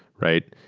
right?